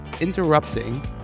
interrupting